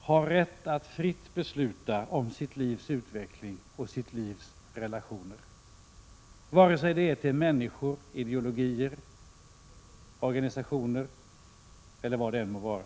har rätt att fritt besluta om sitt livs utveckling och sitt livs relationer — till människor, ideologier, organisationer eller vad det än må vara.